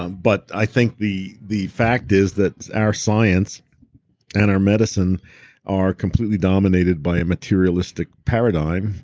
um but i think the the fact is that our science and our medicine are completely dominated by a materialistic paradigm